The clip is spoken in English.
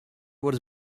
what